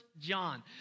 John